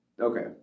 okay